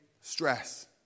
stress